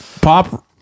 pop